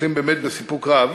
מסתכלים באמת בסיפוק רב,